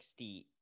68